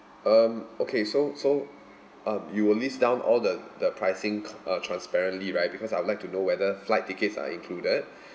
um okay so so um you will list down all the the pricing uh transparently right because I'd like to know whether flight tickets are included